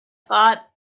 thought